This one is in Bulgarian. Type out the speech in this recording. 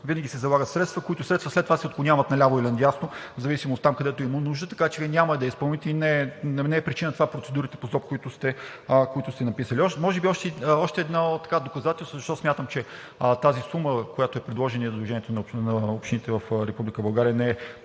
Винаги се залагат средства, които след това се отклоняват наляво или надясно – там, където има нужда, така че Вие няма да я изпълните и не е причина това – процедурите по ЗОП, които сте написали. Може би още едно доказателство защо смятам, че тази сума, която е предложена от Сдружението на общините в Република